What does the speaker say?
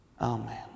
Amen